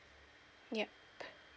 yup